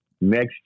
Next